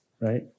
right